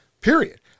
Period